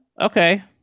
okay